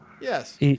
Yes